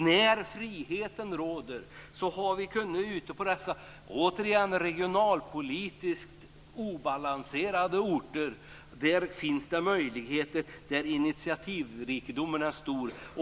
När friheten råder har man på många av dessa, återigen, regionalpolitiskt obalanserade orter kunnat få möjligheter, där är initiativrikedomen stor.